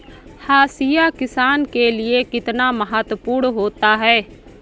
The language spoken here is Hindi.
हाशिया किसान के लिए कितना महत्वपूर्ण होता है?